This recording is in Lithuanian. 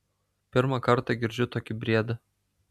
pirmą kartą girdžiu tokį briedą